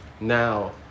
Now